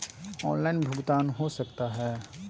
Online भुगतान हो सकता है?